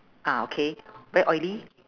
ah okay very oily